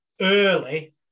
early